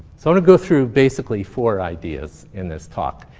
sort of go through basically four ideas in this talk.